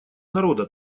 народа